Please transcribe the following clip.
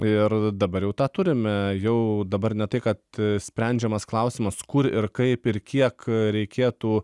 ir dabar jau tą turime jau dabar ne tai kad sprendžiamas klausimas kur ir kaip ir kiek reikėtų